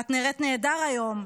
את נראית נהדר היום,